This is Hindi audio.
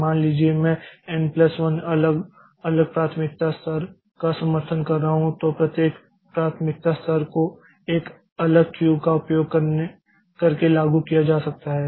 मान लीजिए मैं n प्लस 1n1 अलग अलग प्राथमिकता स्तर का समर्थन कर रहा हूँ तो प्रत्येक प्राथमिकता स्तर को एक अलग क्यू का उपयोग करके लागू किया जा सकता है